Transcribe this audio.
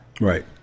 Right